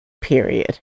period